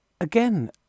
again